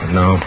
no